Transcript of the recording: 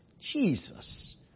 Jesus